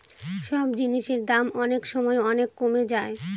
সব জিনিসের দাম অনেক সময় অনেক কমে যায়